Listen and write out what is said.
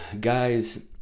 Guys